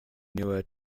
neue